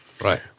Right